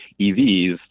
EVs